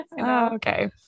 okay